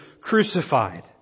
crucified